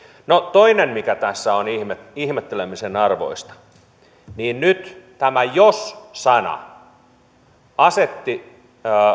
toinen mikä tässä on ihmettelemisen arvoista niin nyt tämä jos sana asetti